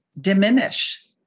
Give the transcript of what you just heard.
diminish